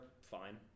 fine